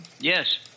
Yes